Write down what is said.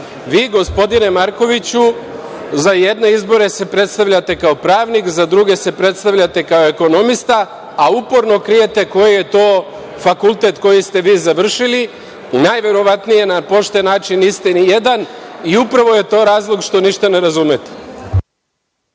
Vi, gospodine Markoviću, za jedne izbore se predstavljate kao pravnik, za druge se predstavljate kao ekonomista, a uporno krijete koji je to fakultet koji ste vi završili, najverovatnije na pošten način niste nijedan, i upravo je to razlog što ništa ne razumete.